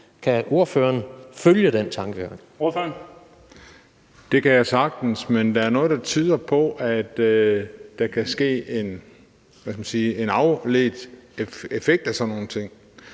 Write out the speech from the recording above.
Christian Juhl (EL): Det kan jeg sagtens, men der er noget, der tyder på, at der kan ske en afledt effekt af sådan nogle ting.